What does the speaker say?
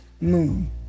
Moon